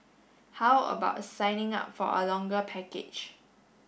how about signing up for a longer package